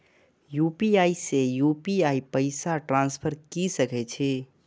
UPI से UPI पैसा transfer की सके छी?